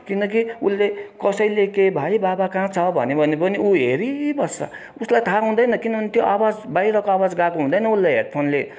किनकि उसले कसैले के भाइ बाबा कहाँ छ भन्यो भने पनि ऊ हेरिबस्छ उसलाई थाहा हुँदैन किनभने त्यो आवाज बाहिरको आवाज गएको हुँदैन उसले हेडफोनले